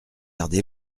garder